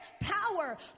power